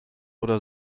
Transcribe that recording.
oder